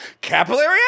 Capillary